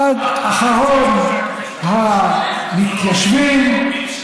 עד אחרון המתיישבים.